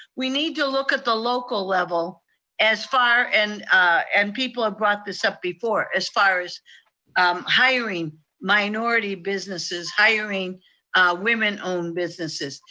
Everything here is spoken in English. we need to look at the local level as far, and and people have brought this up before, as far as um hiring minority businesses, hiring women-owned businesses.